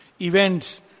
events